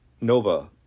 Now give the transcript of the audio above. Nova